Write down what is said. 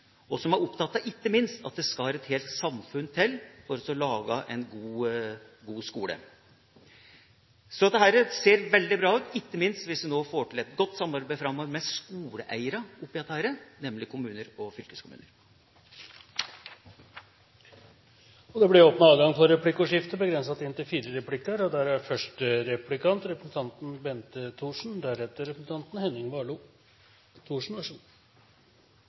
og den er opptatt av, ikke minst, at det skal et helt samfunn til for å lage en god skole. Så dette ser veldig bra ut, ikke minst hvis vi nå får til et godt samarbeid framover med skoleeierne, nemlig kommuner og fylkeskommuner. Det blir replikkordskifte. Jeg vil spørre om noe som kanskje ikke er så veldig kjekt å snakke om. Det er veldig bred enighet om viktigheten av leksehjelp, og at det er